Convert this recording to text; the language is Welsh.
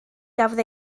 gafodd